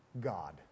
God